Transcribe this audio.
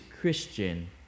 Christian